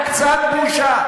קצת בושה.